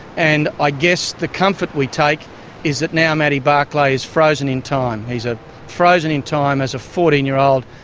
and i guess the comfort we take is that now matty barclay is frozen in time. he's ah frozen in time as a fourteen year old,